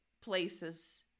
places